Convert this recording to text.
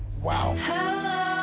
Wow